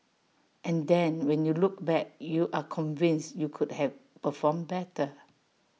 and then when you look back you are convinced you could have performed better